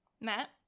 Matt